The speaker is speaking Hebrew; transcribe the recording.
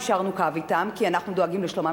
יישרנו קו אתם כי אנחנו דואגים לשלומם